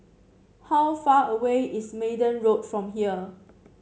how far away is Minden Road from here